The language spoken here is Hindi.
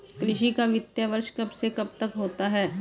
कृषि का वित्तीय वर्ष कब से कब तक होता है?